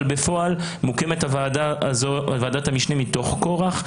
אבל בפועל מוקמת ועדת המשנה הזו מתוך כורך,